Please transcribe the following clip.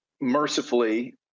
mercifully